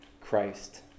Christ